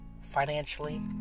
financially